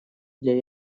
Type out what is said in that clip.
для